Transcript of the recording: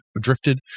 drifted